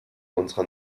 unserer